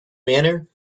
manner